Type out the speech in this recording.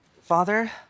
Father